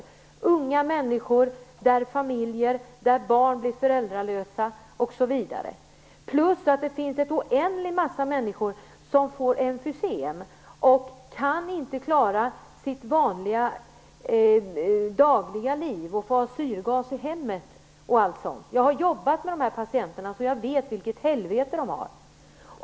Det är fråga om unga människor, barn som blir föräldralösa osv. Dessutom finns en oändlig massa människor som får emfysem och inte kan klara sitt vanliga dagliga liv. De får ha syrgas i hemmet och allt sådant. Jag har jobbat med dessa patienter, så jag vet vilket helvete de har.